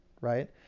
right